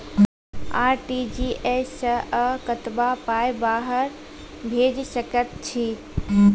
RTGS सअ कतबा पाय बाहर भेज सकैत छी?